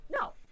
no